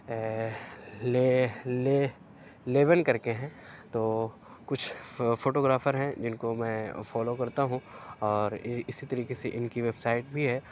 آ لے لے لیبن کر کے ہیں تو کچھ فوٹو گرافر ہیں جن کو میں فالو کرتا ہوں اور اِسی طریقے سے اِن کی ویب سائٹ بھی ہے